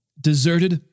deserted